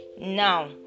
now